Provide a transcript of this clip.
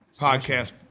podcast